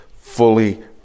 fully